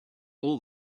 all